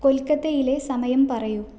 കൊൽക്കത്തയിലെ സമയം പറയൂ